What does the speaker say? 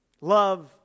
Love